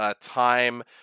time